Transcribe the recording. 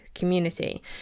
community